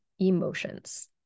emotions